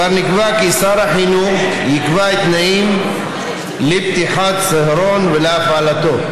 כבר נקבע כי שר החינוך יקבע תנאים לפתיחת צהרון ולהפעלתו.